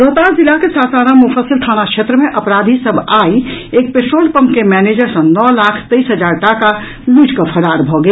रोहतास जिलाक सासाराम मुफस्सिल थाना क्षेत्र मे अपराधी सभ आई एक पेट्रोल पम्पके मैनेजर सँ नओ लाख तेईस हजार टाका लूटि कऽ फरार भऽ गेल